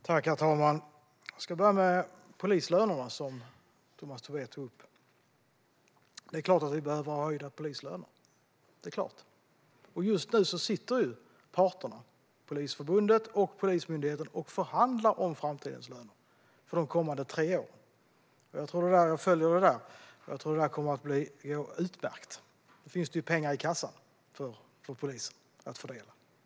Herr talman! Jag ska börja med polislönerna, som Tomas Tobé tog upp. Det är klart att vi behöver ha höjda polislöner. Just nu sitter parterna - Polisförbundet och Polismyndigheten - och förhandlar om framtidens löner, för de kommande tre åren. Jag följer detta, och jag tror att det kommer att gå utmärkt. Nu finns det ju pengar i kassan för polisen att fördela.